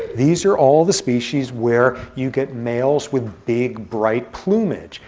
these are all the species where you get males with big, bright plumage.